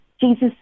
Jesus